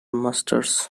masters